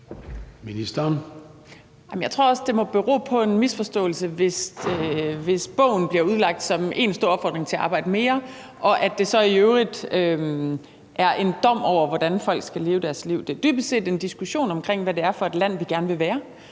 Jeg tror, det må bero på en misforståelse, hvis bogen bliver udlagt som én stor opfordring til at arbejde mere, og at det så i øvrigt er en dom over, hvordan folk skal leve deres liv. Det er dybest set en diskussion om, hvad det er for et land, vi gerne vil være,